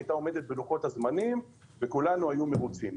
היא הייתה עומדת בלוחות הזמנים וכולנו היינו מרוצים.